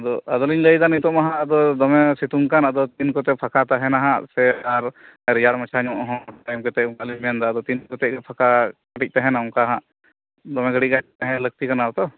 ᱟᱫᱚ ᱟᱫᱚᱞᱤᱧ ᱞᱟᱹᱭᱮᱫᱟ ᱱᱤᱛᱳᱜ ᱢᱟᱦᱟ ᱟᱫᱚ ᱫᱚᱢᱮ ᱥᱤᱛᱩᱝ ᱠᱟᱱ ᱟᱫᱚ ᱛᱤᱱ ᱠᱚᱛᱮ ᱯᱷᱟᱸᱠᱟ ᱛᱟᱦᱮᱱᱟ ᱦᱟᱸᱜ ᱥᱮ ᱟᱨ ᱨᱮᱭᱟᱲ ᱢᱟᱪᱷᱟ ᱧᱚᱜ ᱦᱚᱸ ᱴᱟᱭᱤᱢ ᱮᱢ ᱠᱟᱛᱮᱫ ᱚᱱᱠᱟᱞᱤᱧ ᱢᱮᱱᱫᱟ ᱟᱫᱚ ᱛᱤᱱ ᱠᱚᱛᱮᱡ ᱯᱷᱟᱸᱠᱟ ᱠᱟᱹᱴᱤᱡ ᱛᱟᱦᱮᱱᱟ ᱚᱱᱠᱟ ᱦᱟᱸᱜ ᱫᱚᱢᱮ ᱜᱷᱟᱲᱤᱡᱜᱟᱱ ᱛᱟᱦᱮᱸ ᱞᱟᱹᱠᱛᱤ ᱠᱟᱱᱟ ᱛᱚ